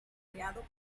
creado